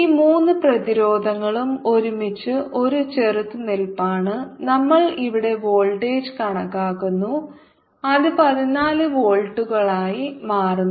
ഈ മൂന്ന് പ്രതിരോധങ്ങളും ഒരുമിച്ച് ഒരു ചെറുത്തുനിൽപ്പാണ് നമ്മൾ ഇവിടെ വോൾട്ടേജ് കണക്കാക്കുന്നു അത് 14 വോൾട്ടുകളായി മാറുന്നു